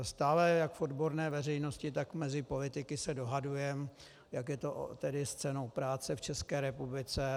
Stále jak v odborné veřejnosti, tak mezi politiky se dohadujeme, jak je to s cenou práce v České republice.